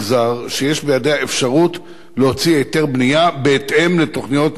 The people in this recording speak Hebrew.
אפשרות להוציא היתר בנייה בהתאם לתוכניות מיתאר מאושרות.